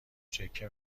چکه